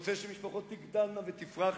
שרוצה שמשפחות תגדלנה ותפרחנה,